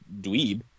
dweeb